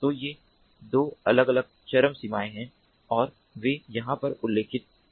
तो ये 2 अलग अलग चरम सीमाएं हैं और वे यहाँ पर उल्लिखित सीमाएं हैं